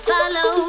Follow